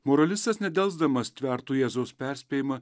moralistas nedelsdamas tvertų jėzaus perspėjimą